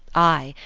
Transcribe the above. ay,